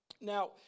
Now